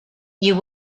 you